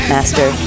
Master